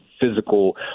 physical